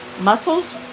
Muscles